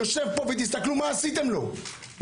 יושב פה ותסתכלו מה עשיתם לו,